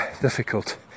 difficult